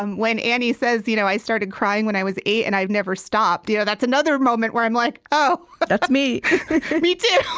um when annie says, you know i started crying when i was eight, and i've never stopped, you know that's another moment where i'm like, oh, but that's me me too.